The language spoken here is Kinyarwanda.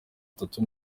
tatu